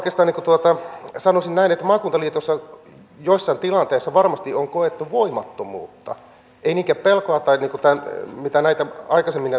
mutta oikeastaan sanoisin näin että maakuntaliitossa joissain tilanteissa varmasti on koettu voimattomuutta ei niinkään pelkoa tai mitä näitä sanoja aikaisemmin käytettiin